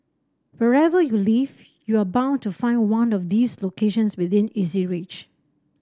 wherever you live you are bound to find one of these locations within easy reach